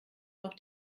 noch